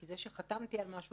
כי זה שחתמתי על משהו,